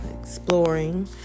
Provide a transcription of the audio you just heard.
exploring